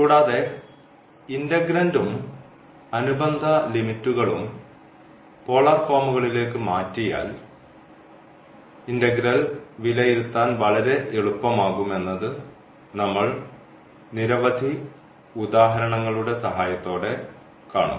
കൂടാതെ ഇന്റഗ്രൻഡും അനുബന്ധ ലിമിറ്റുകളും പോളാർ ഫോമുകളിലേക്ക് മാറ്റിയാൽ ഇന്റഗ്രൽ വിലയിരുത്താൻ വളരെ എളുപ്പമാകും എന്നത് നമ്മൾ നിരവധി ഉദാഹരണങ്ങളുടെ സഹായത്തോടെ കാണും